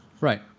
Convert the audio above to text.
Right